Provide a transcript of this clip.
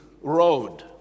road